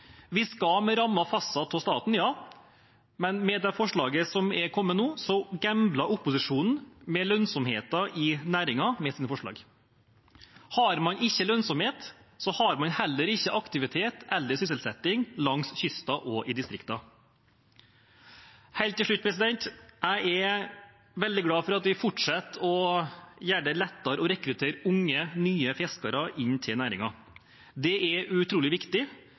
Vi skal ha med rammer fastsatt av staten, ja, men med de forslagene som er kommet nå, gambler opposisjonen med lønnsomheten i næringen. Har man ikke lønnsomhet, har man heller ikke aktivitet eller sysselsetting langs kysten og i distriktene. Helt til slutt: Jeg er veldig glad for at vi fortsetter å gjøre det lettere å rekruttere unge, nye fiskere inn til næringen. Det er utrolig viktig,